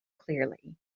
clearly